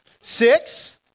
Six